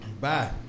Bye